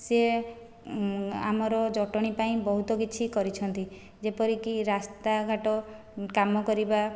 ସେ ଆମର ଜଟଣୀ ପାଇଁ ବହୁତ କିଛି କରିଛନ୍ତି ଯେପରିକି ରାସ୍ତା ଘାଟ କାମ କରିବା